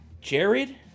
Jared